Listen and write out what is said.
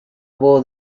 war